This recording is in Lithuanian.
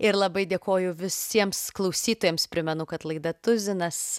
ir labai dėkoju visiems klausytojams primenu kad laida tuzinas